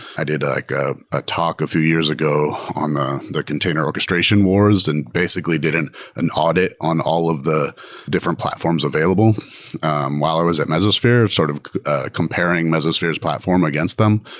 i did ah a talk a few years ago on the the container orchestration wars, and basically did an an audit on all of the different platforms available while i was at mesosphere. sort of comparing mesosphere's platform against them.